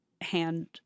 hand